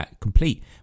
complete